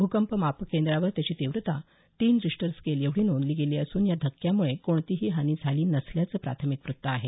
भूकंप मापक यंत्रावर त्याची तीव्रता तीन रिश्टर स्केल एवढी नोंदली गेली असून या धक्क्यामुळे कोणतीही हानी झाली नसल्याचं प्राथमिक वृत्त आहे